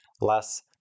less